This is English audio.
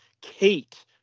Kate